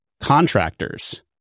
contractors